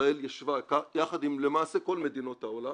ישראל ישבה יחד עם למעשה כל מדינות העולם,